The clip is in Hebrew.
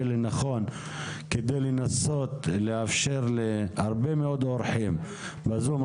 לנכון כדי לנסות לאפשר להרבה מאוד אורחים בזום.